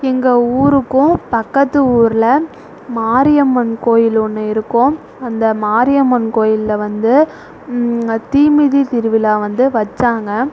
எங்க ஊருக்கும் பக்கத்து ஊரில் மாரியம்மன் கோவில் ஒன்று இருக்கும் அந்த மாரியம்மன் கோயிலில் வந்து தீமிதி திருவிழா வந்து வைச்சாங்க